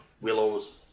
willows